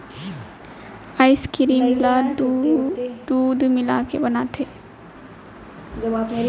ice cream ल दूद मिलाके बनाथे